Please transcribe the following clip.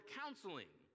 counseling